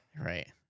Right